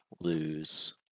lose